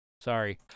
Sorry